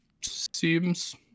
Seems